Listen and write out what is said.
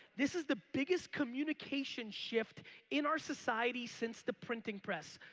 this is the biggest communication shift in our society since the printing press.